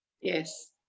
Yes